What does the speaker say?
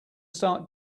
start